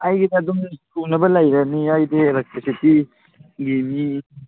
ꯑꯩꯒꯤꯗ ꯑꯗꯨꯝ ꯁꯨꯅꯕ ꯂꯩꯔꯅꯤ ꯑꯩꯗꯤ ꯑꯦꯂꯦꯛꯇ꯭ꯔꯤꯁꯤꯇꯤꯒꯤ ꯃꯤ